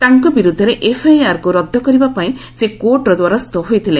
ତାଙ୍କ ବିରୁଦ୍ଧରେ ଏଫ୍ଆଇଆର୍କୁ ରଦ୍ଦ କରିବା ପାଇଁ ସେ କୋର୍ଟ୍ର ଦ୍ୱାରସ୍ଥ ହୋଇଥିଲେ